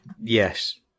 yes